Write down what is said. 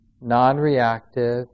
non-reactive